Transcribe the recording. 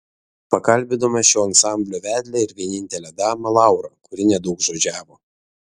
pakalbinome šio ansamblio vedlę ir vienintelę damą laurą kuri nedaugžodžiavo